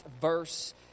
verse